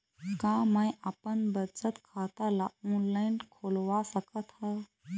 का मैं अपन बचत खाता ला ऑनलाइन खोलवा सकत ह?